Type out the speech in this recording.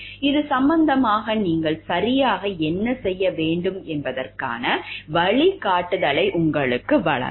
இது சம்பந்தமாக நீங்கள் சரியாக என்ன செய்ய வேண்டும் என்பதற்கான வழிகாட்டுதலை உங்களுக்கு வழங்கும்